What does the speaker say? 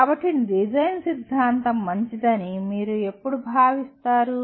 కాబట్టి డిజైన్ సిద్ధాంతం మంచిదని మీరు ఎప్పుడు భావిస్తారు